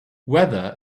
whether